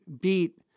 beat